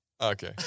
Okay